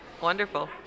wonderful